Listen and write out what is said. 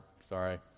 sorry